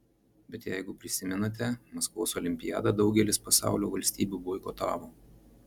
bet jeigu prisimenate maskvos olimpiadą daugelis pasaulio valstybių boikotavo